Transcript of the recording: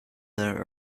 their